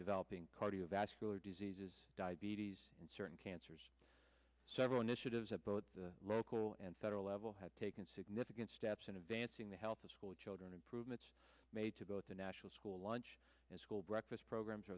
developing cardiovascular diseases diabetes and certain cancers several initiatives at both the local and federal level have taken significant steps in advancing the health of school children improvements made to both the national school lunch and school breakfast programs